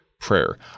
prayer